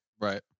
Right